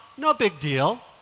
no big deal.